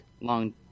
long